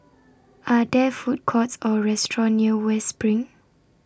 Are There Food Courts Or restaurants near West SPRING